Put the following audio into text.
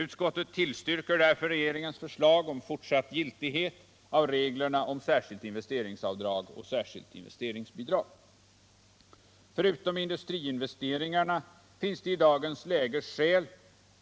Utskottet tillstyrker därför regeringens förslag om fortsatt giltighet av reglerna om särskilt investeringsavdrag och särskilt investeringsbidrag. Förutom industriinvesteringarna finns i dagens läge skäl